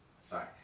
sorry